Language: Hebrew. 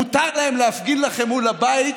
מותר להם להפגין לכם מול הבית.